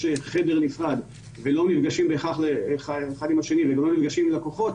חדר נפרד ולא נפגשים בהכרח אחד עם השני ולא נפגשים עם לקוחות,